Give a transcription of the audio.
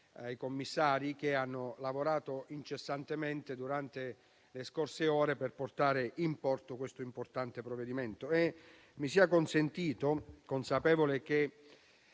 commissari, che hanno lavorato incessantemente durante le scorse ore per portare in porto questo importante provvedimento. Mi sia consentito, consapevole che